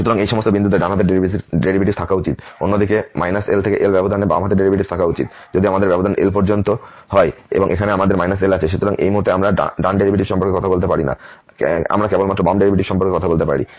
সুতরাং এই সমস্ত বিন্দুতে ডান হাতের ডেরিভেটিভ থাকা উচিত এবং অন্যদিকে এই L L ব্যবধানে বাম হাতের ডেরিভেটিভ থাকা উচিত কারণ যদি আমাদের ব্যবধান L পর্যন্ত হয় এবং এখানে আমাদের L আছে সুতরাং এই মুহুর্তে আমরা ডান ডেরিভেটিভ সম্পর্কে কথা বলতে পারি না আমরা কেবল বাম ডেরিভেটিভ সম্পর্কে কথা বলতে পারি